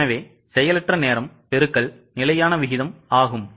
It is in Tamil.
எனவே செயலற்ற நேரம் பெருக்கல் நிலையான விகிதம் ஆகும்